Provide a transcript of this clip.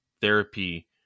therapy